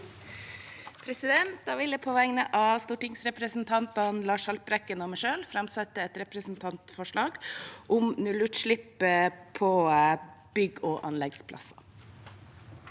Jeg vil på vegne av stortingsrepresentanten Lars Haltbrekken og meg selv framsette et representantforslag om å kutte utslipp fra bygge- og anleggsplasser.